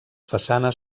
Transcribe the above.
façanes